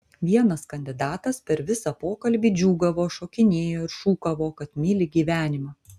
vienas kandidatas per visą pokalbį džiūgavo šokinėjo ir šūkavo kad myli gyvenimą